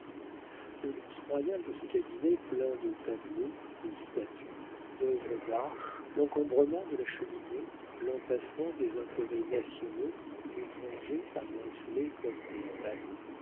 le luxe royal de ce cabinet plein de tableaux de statues d'œuvres d'art l'encombrement de la cheminée l'entassement des intérêts nationaux ou étrangers amoncelés comme des ballots